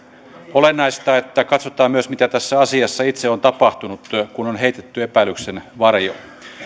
olennaista että katsotaan myös mitä tässä itse asiassa on tapahtunut kun on heitetty epäilyksen varjo